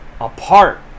apart